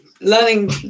learning